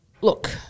look